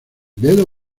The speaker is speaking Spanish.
dedo